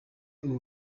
ubu